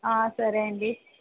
సరే అండి